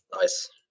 Nice